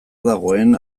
dagoen